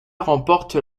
remporte